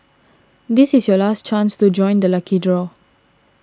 this is your last chance to join the lucky draw